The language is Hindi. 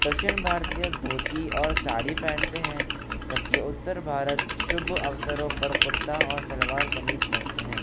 दक्षिण भारतीय धोती और साड़ी पहनते हैं जबकि उत्तर भारत शुभ अवसरों पर कुर्ता और सलवार कमीज पहनते हैं